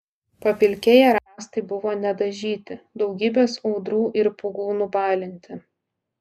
papilkėję rąstai buvo nedažyti daugybės audrų ir pūgų nubalinti